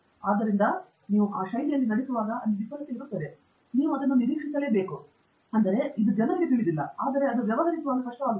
ಆದ್ದರಿಂದ ನೀವು ಆ ಶೈಲಿಯಲ್ಲಿ ನಡೆಸುವಾಗ ಅಲ್ಲಿ ವಿಫಲತೆ ಇರುತ್ತದೆ ಮತ್ತು ನೀವು ಅದನ್ನು ನಿರೀಕ್ಷಿಸಬೇಕು ಅಂದರೆ ಇದು ಜನರಿಗೆ ತಿಳಿದಿಲ್ಲ ಆದರೆ ಅದು ವ್ಯವಹರಿಸುವಾಗ ಕಷ್ಟವಾಗುತ್ತದೆ